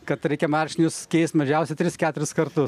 kad reikia marškinius keist mažiausiai tris keturis kartus